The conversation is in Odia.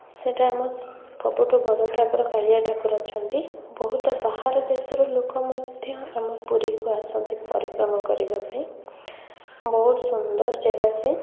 ସେଇଟା ଆମ ସବୁଠୁ ବଡ ଠାକୁର କାଳିଆ ଠାକୁର ଅଛନ୍ତି ବହୁତ ବାହାର ଦେଶର ଲୋକ ମଧ୍ୟ ଆମ ପୁରୀକୁ ଆସନ୍ତି ପରିକ୍ରମା କରିବା ପାଇଁ ବହୁତ ସୁନ୍ଦର ଜାଗା ସେ